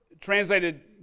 translated